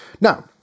now